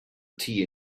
tea